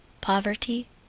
poverty